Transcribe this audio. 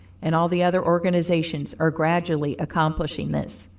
and all the other organizations are gradually accomplishing this.